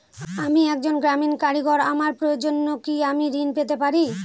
আমি একজন গ্রামীণ কারিগর আমার প্রয়োজনৃ আমি কি ঋণ পেতে পারি?